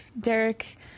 derek